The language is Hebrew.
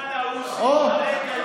לא שמעת, עוזי,